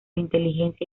inteligencia